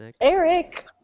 Eric